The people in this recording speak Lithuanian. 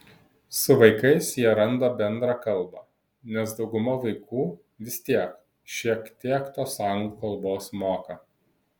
su vaikais jie randa bendrą kalbą nes dauguma vaikų vis tiek šiek tiek tos anglų kalbos moka